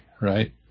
right